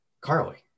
Carly